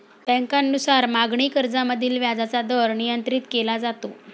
बँकांनुसार मागणी कर्जामधील व्याजाचा दर नियंत्रित केला जातो